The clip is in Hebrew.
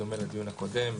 בדומה לדיון הקודם,